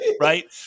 right